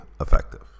effective